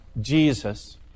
Jesus